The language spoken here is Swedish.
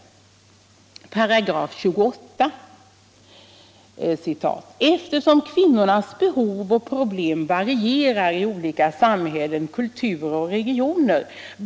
"828. Eftersom kvinnornas behov och problem varicrar i olika samhällen, kulturer och regioner.